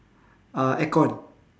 uh aircon